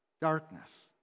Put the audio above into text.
Darkness